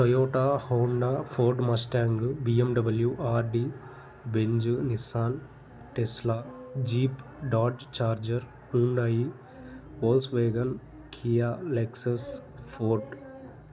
Toyota Honda Ford Mustang B M W Audi Benz Nissan Tesla Jeep Dodge Charger Hyundai Volkswagen Kia Lexus Porsche